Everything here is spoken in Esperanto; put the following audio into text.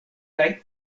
kaj